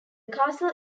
castle